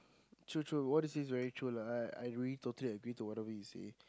true true what you see is very true lah I I really totally agree to what we see